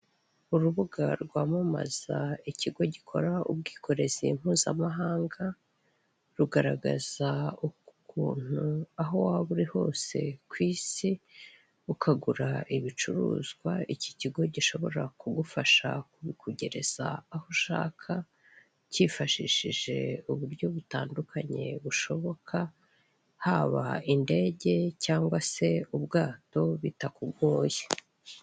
Urubuga rwamamaza ikigo gikora ubwikorezi mpuzamahanga, rugaragaza ukuntu aho waba uri hose ku isi ukagura ibicuruzwa iki kigo gishobora kugufasha kubigereza aho ushaka, kifashishije uburyo butandukanye bushoboka haba indege cyangwa se ubwato bitakugoye.